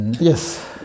Yes